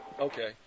Okay